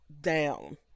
down